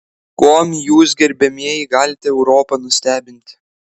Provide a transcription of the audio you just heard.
kuom jūs gerbiamieji galite europą nustebinti